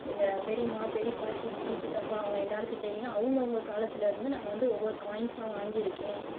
எங்கள் பெரியம்மா பெரியப்பா சித்தி சித்தப்பா அவங்க எல்லோர்கிட்டையும் அவங்கவுங்க காலத்துலிருந்து நான் வந்து ஒவ்வொரு காயின்ஸாக வாங்கி இருக்கேன்